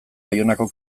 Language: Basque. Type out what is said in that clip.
baionako